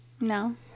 No